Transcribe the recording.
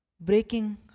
breaking